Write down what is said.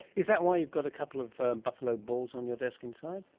is that why you've got a couple of buffalo balls on your desk inside?